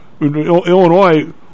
Illinois